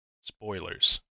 Spoilers